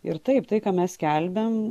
ir taip tai ką mes skelbiam